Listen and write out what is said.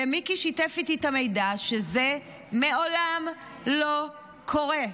ומיקי שיתף איתי את המידע שזה לעולם לא קורה.